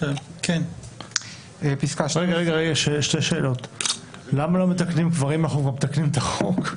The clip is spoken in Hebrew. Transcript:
אם אנחנו כבר מתקנים את החוק,